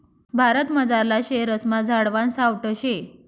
भारतमझारला शेरेस्मा झाडवान सावठं शे